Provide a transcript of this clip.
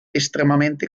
estremamente